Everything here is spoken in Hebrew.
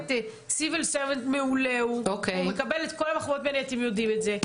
הוא מקבל את כל המחמאות ממני ואתם יודעים את זה.